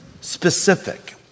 specific